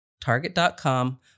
target.com